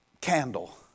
candle